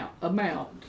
amount